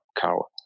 cow